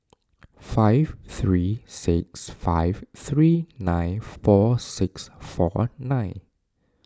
five three six five three nine four six four nine